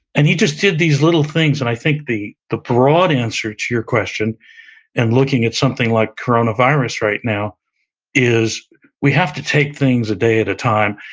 and he just did these little things, and i think the the broad answer to your question and looking at something like coronavirus right now is we have to take things a day at a time.